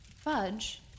Fudge